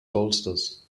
bolsters